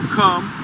come